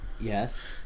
Yes